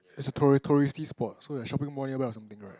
there's a tourist touristy spot so there's shopping mall nearby or something right